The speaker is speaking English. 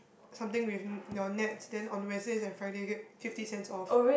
something with your Nets then on Wednesdays and Friday you get fifty cents off